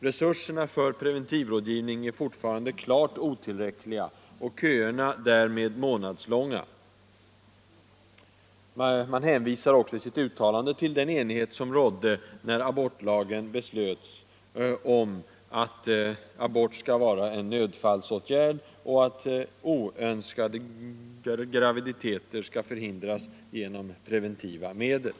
Resurserna för preventivrådgivning är fortfarande klart otillräckliga och köerna därmed månadslånga.” I uttalandet hänvisar man också till den enighet som rådde när abortlagen beslöts om att abort skall vara en nödfallsåtgärd, och att oönskade graviditeter skall förhindras genom preventiva medel.